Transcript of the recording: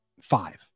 five